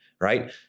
right